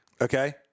Okay